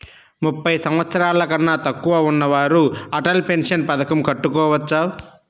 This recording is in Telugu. ముప్పై సంవత్సరాలకన్నా తక్కువ ఉన్నవారు అటల్ పెన్షన్ పథకం కట్టుకోవచ్చా?